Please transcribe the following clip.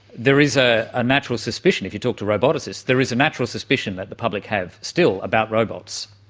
there is a a natural suspicion if you talk to roboticists, there is a natural suspicion that the public have still about robots.